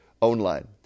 online